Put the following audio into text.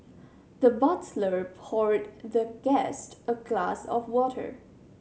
the butler poured the guest a glass of water